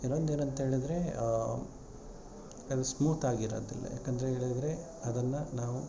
ಕೆಲವೊಂದು ಏನಂತ ಏಳಿದರೆ ಕೆಲವು ಸ್ಮೂತಾಗಿರೋದಿಲ್ಲ ಯಾಕಂಥದ್ದೇಳಿದ್ರೆ ಅದನ್ನು ನಾವು